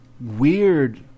weird